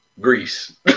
Greece